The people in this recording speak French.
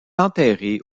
enterré